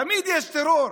תמיד יש טרור.